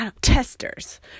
testers